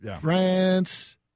France